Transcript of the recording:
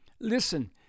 Listen